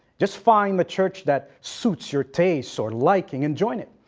just find the church that suits your taste or likes and join it.